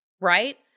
right